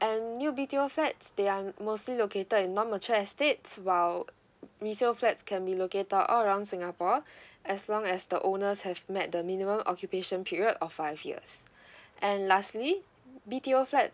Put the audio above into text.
and new B_T_O flats they are mostly located in non mature estates while resale flat can be located all around singapore as long as the owners have met the minimum occupation period of five years and lastly B_T_O flats